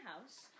house